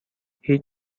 هیچ